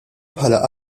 bħala